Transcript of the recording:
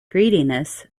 greediness